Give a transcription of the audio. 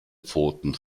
pfoten